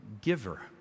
giver